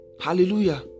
Hallelujah